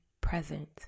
present